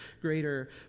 greater